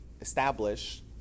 establish